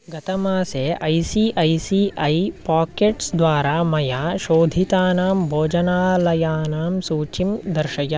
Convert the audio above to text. गतमासे I C I C I Pockets द्वारा मया शोधितानां भोजनालयानां सूचीं दर्शय